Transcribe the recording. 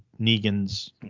Negan's